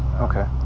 Okay